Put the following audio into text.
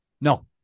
No